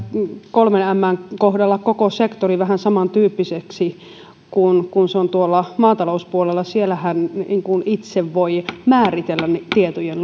kolmen mn kohdalla koko sektori vähän samantyyppiseksi kuin se on tuolla maatalouspuolella siellähän voi itse määritellä tietojen